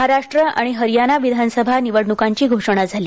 महाराष्ट्र आणि हरयाणा विधानसभा निवडण्कांची घोषणा झाली